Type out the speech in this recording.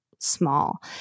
Small